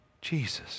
Jesus